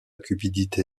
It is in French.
cupidité